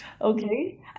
Okay